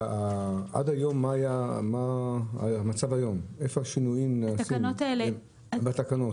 איפה השינויים נעשו בתקנות?